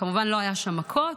כמובן לא היו שם מכות,